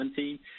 2017